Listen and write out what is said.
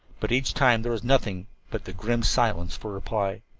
but each time there was nothing but the grim silence for reply.